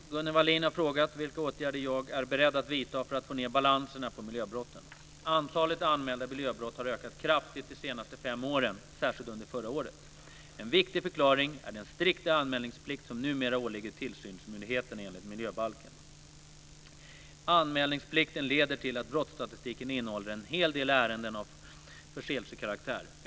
Fru talman! Gunnel Wallin har frågat vilka åtgärder jag är beredd att vidta för att få ned balanserna på miljöbrotten. Antalet anmälda miljöbrott har ökat kraftigt de senaste fem åren, särskilt under förra året. En viktig förklaring är den strikta anmälningsplikt som numera åligger tillsynsmyndigheterna enligt miljöbalken. Anmälningsplikten leder till att brottsstatistiken innehåller en hel del ärenden av förseelsekaraktär.